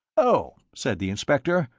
oh, said the inspector,